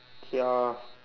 ya